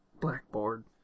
blackboard